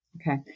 Okay